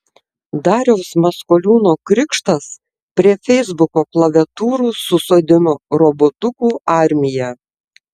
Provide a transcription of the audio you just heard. dariaus maskoliūno krikštas prie feisbuko klaviatūrų susodino robotukų armiją